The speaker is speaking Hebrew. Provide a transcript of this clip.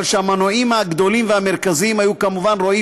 אבל המנועים הגדולים והמרכזיים היו כמובן רועי